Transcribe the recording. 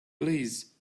please